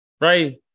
right